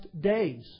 days